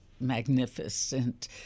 magnificent